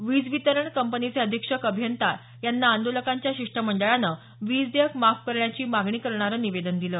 वीज वितरण कंपनीचे अधीक्षक अभियंता यांना आंदोलकांच्या शिष्टमंडळानं वीज देयक माफ करण्याची मागणी करणारं निवेदन दिलं